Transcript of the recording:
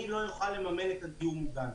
אני לא אוכל לממן את הדיור המוגן.